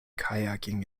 kayaking